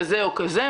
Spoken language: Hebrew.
כזה או כזה.